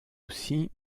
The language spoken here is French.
aussi